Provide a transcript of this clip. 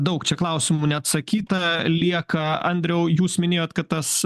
daug klausimų neatsakyta lieka andriau jūs minėjot kad tas